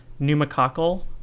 pneumococcal